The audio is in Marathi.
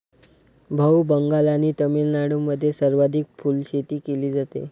भाऊ, बंगाल आणि तामिळनाडूमध्ये सर्वाधिक फुलशेती केली जाते